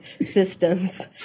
systems